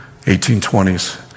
1820s